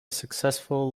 successful